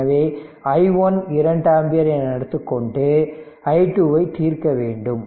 எனவே i1 2 ampere என எடுத்துக்கொண்டு i2ஐ தீர்க்க வேண்டும்